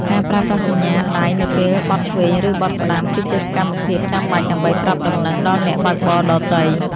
ការប្រើប្រាស់សញ្ញាដៃនៅពេលបត់ឆ្វេង ឬបត់ស្ដាំ គឺជាសកម្មភាពចាំបាច់ដើម្បីប្រាប់ដំណឹងដល់អ្នកបើកបរដទៃ។